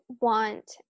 want –